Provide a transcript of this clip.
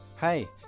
hey